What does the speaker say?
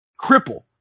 Cripple